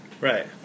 Right